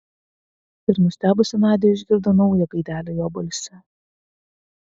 ir nustebusi nadia išgirdo naują gaidelę jo balse